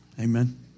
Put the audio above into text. amen